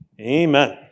amen